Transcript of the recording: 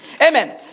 Amen